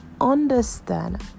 understand